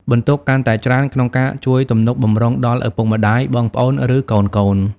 បន្ទុកកាន់តែច្រើនក្នុងការជួយទំនុកបម្រុងដល់ឪពុកម្ដាយ បងប្អូន ឬកូនៗ។